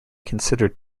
considered